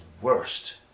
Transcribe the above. Worst